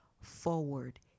forward